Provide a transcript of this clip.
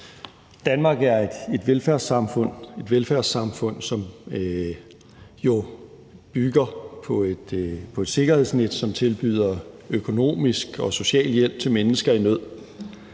Danmark er et velfærdssamfund, som jo bygger på et sikkerhedsnet, som tilbyder økonomisk og social hjælp til mennesker i nød.